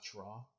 Raw